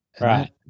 Right